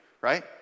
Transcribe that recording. right